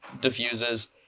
diffuses